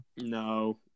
No